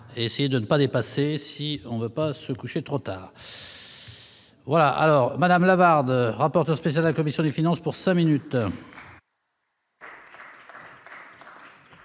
essayer de ne pas dépasser, si on veut pas se coucher trop tard. Voilà, alors Madame Lavarde, rapporteur spécial, la commission des finances pour 5 minutes.